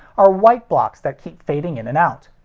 are white blocks that keep fading in and out.